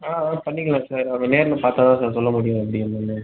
ஆ அதெலாம் பண்ணிக்கலாம் சார் அது நேரில் பார்த்தா தான் சொல்ல முடியும் எப்படி என்னென்னு